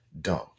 dumb